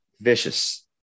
vicious